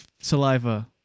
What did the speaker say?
saliva